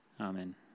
Amen